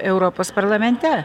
europos parlamente